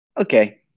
okay